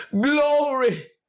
Glory